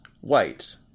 white